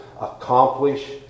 accomplish